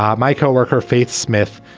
um my co-worker faith smith,